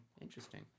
Interesting